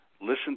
listen